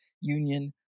union